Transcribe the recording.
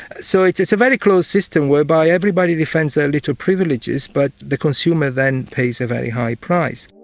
so it's it's a very closed system whereby everybody defends their little privileges but the consumer then pays a very high price.